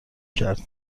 کرد